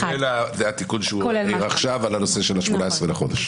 כולל התיקון שעשינו עכשיו על הנושא של 18 בחודש.